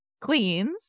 cleans